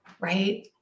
right